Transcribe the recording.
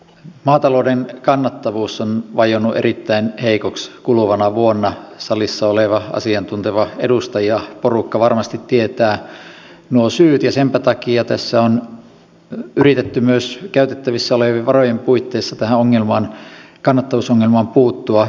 maatalouden kannattavuus on vajonnut erittäin heikoksi kuluvana vuonna salissa oleva asiantunteva edustajaporukka varmasti tietää nuo syyt ja senpä takia tässä on yritetty myös käytettävissä olevien varojen puitteissa tähän kannattavuusongelmaan puuttua